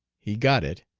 he got it,